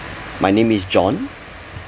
my name is john